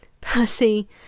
Percy